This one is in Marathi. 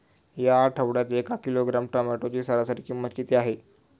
या आठवड्यात एक किलोग्रॅम टोमॅटोची सरासरी किंमत किती आहे?